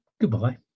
goodbye